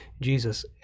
Jesus